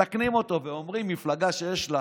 מתקנים אותו ואומרים שמפלגה שיש לה